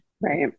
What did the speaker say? right